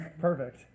perfect